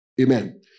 Amen